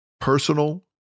personal